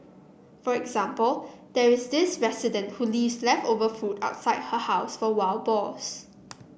for example there is this resident who leaves leftover food outside her house for wild boars